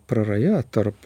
praraja tarp